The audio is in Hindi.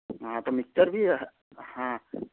हाँ तो मिक्स्चर भी है हाँ